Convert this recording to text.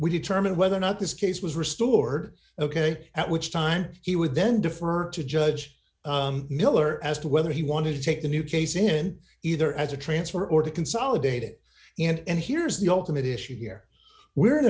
we determine whether or not this case was restored ok at which time he would then defer to judge miller as to whether he wanted to take a new case in either as a transfer or to consolidate it and here's the ultimate issue here we are in